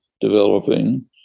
developing